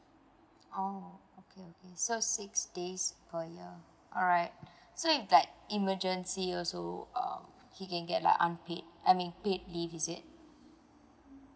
oh okay can so six days per year alright so if like emergency also um he can get like unpaid I mean paid leave is it